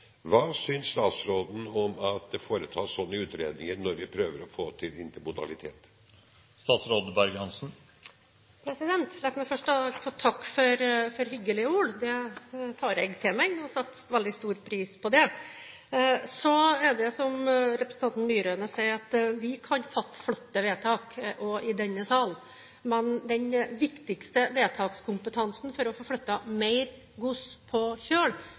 Hva synes statsråden om at det foretas sånne utredninger når vi prøver å få til intermodalitet? La meg først av alt få takke for hyggelige ord – det tar jeg til meg, og jeg setter veldig stor pris på det. Så er det slik som representanten Myraune sier, at vi kan fatte flotte vedtak i denne sal. Men den viktigste vedtakskompetansen for å få flyttet mer gods på kjøl